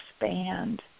expand